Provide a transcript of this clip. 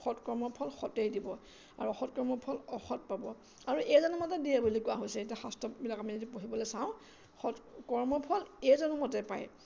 সৎকৰ্মৰ ফল সতেই দিব আৰু অসৎকৰ্মৰ ফল অসৎ পাব আৰু এই জনমতে দিয়ে বুলি কোৱা হৈছে এতিয়া শাস্ত্ৰবিলাক আমি যদি পঢ়িবলৈ চাওঁ সৎ কৰ্মৰ ফল এই জনমতে পায়